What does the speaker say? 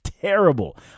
terrible